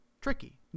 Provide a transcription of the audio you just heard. tricky